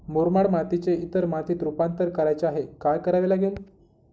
मुरमाड मातीचे इतर मातीत रुपांतर करायचे आहे, काय करावे लागेल?